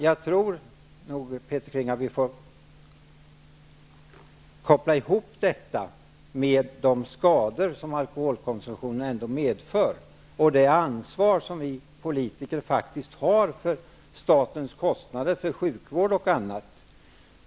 Jag tror nog, Peter Kling, att vi får koppla ihop dessa aspekter med de skador som alkoholkonsumtionen ändå medför, och det ansvar som vi politiker faktiskt har för statens kostnader för sjukvård och annat.